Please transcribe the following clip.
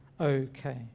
okay